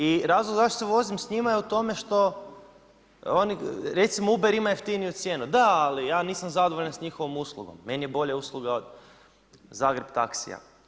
I razlog zašto se vozim s njima je u tome što, recimo UBER ima jeftiniju cijenu, da, ali ja nisam zadovoljan s njihovom uslugom, meni je bolja usluga Zagreb taksija.